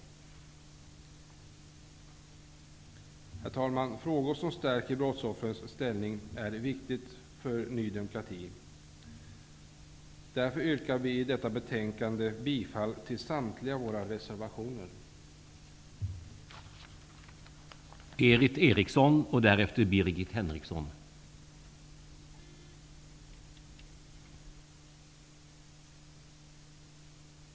Herr talman! Frågor som stärker brottsoffrens ställning är viktiga för Ny demokrati. Därför yrkar jag bifall till samtliga våra reservationer i detta betänkande.